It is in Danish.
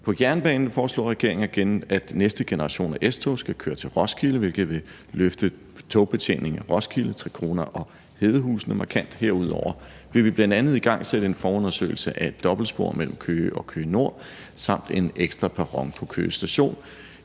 På jernbanen foreslår regeringen, at næste generation af S-tog skal køre til Roskilde, hvilket vil løfte togbetjeningen af Roskilde, Trekroner og Hedehusene markant. Herudover vil vi bl.a. igangsætte en forundersøgelse af et dobbeltspor mellem Køge og Køge Nord og en ekstra perron på Køge Station.